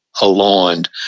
aligned